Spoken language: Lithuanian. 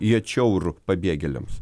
į atšiaurų pabėgėliams